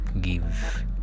give